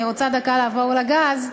אני רוצה דקה לעבור לגז,